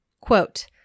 Quote